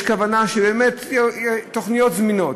יש כוונה שבאמת, תוכניות זמינות,